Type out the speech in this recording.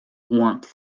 warmth